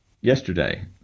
yesterday